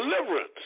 deliverance